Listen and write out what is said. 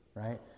right